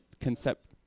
concept